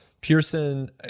Pearson